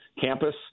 campus